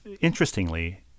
Interestingly